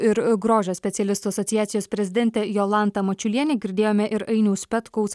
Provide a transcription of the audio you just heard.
ir grožio specialistų asociacijos prezidentė jolanta mačiulienė girdėjome ir ainiaus petkaus